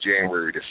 January